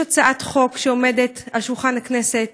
יש הצעת חוק שמונחת על שולחן הכנסת,